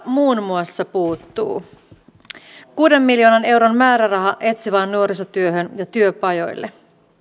muun muassa puuttuu kuuden miljoonan euron määräraha etsivään nuorisotyöhön ja työpajoille